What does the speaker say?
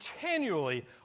continually